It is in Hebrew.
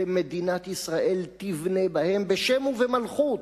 ומדינת ישראל תבנה בהם, בשם ובמלכות,